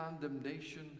condemnation